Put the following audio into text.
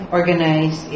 organize